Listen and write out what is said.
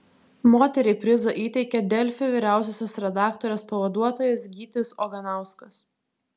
moteriai prizą įteikė delfi vyriausiosios redaktorės pavaduotojas gytis oganauskas